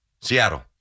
Seattle